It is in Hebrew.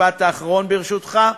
משפט אחרון, ברשותך.